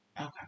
Okay